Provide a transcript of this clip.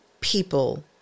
people